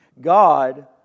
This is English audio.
God